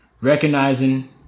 recognizing